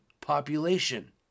population